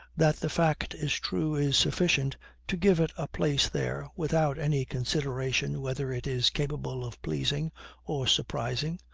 that the fact is true is sufficient to give it a place there, without any consideration whether it is capable of pleasing or surprising,